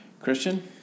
Christian